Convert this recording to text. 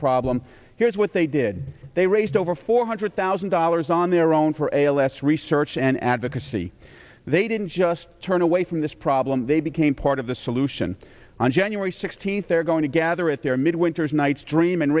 problem here's what they did they raised over four hundred thousand dollars on their own for a less research and advocacy they didn't just turn away from this problem they became part of the solution on january sixteenth they're going to gather at their midwinter's night's dream and